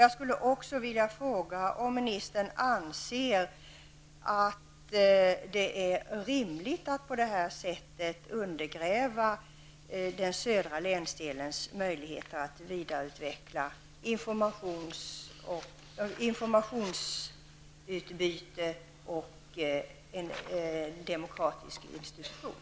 Jag skulle också vilja fråga om ministern anser att det är rimligt att på detta sätt undergräva den södra länsdelens möjligheter till vidareutveckling av informationsutbyte och av en demokratisk institution.